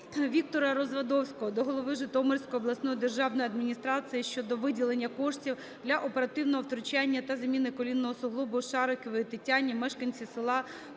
Віктора Развадовського до голови Житомирської обласної державної адміністрації щодо виділення коштів для оперативного втручання та заміни колінного суглобу Шариковій Тетяні, мешканці села Короченки